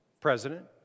President